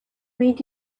made